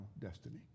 destiny